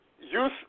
Youth